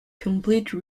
complete